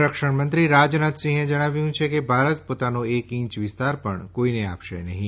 સંરક્ષણમંત્રી રાજનાથસિંહે જણાવ્યું છે કે ભારત પોતાનો એક ઇંચ વિસ્તાર પણ કોઈને આપશે નહીં